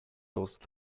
those